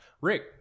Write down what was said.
Rick